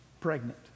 pregnant